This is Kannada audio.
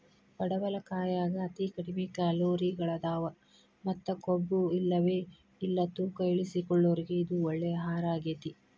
ಪಡವಲಕಾಯಾಗ ಅತಿ ಕಡಿಮಿ ಕ್ಯಾಲೋರಿಗಳದಾವ ಮತ್ತ ಕೊಬ್ಬುಇಲ್ಲವೇ ಇಲ್ಲ ತೂಕ ಇಳಿಸಿಕೊಳ್ಳೋರಿಗೆ ಇದು ಒಳ್ಳೆ ಆಹಾರಗೇತಿ